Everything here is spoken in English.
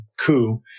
coup